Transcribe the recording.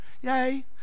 Yay